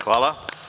Hvala.